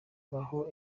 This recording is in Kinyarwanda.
baho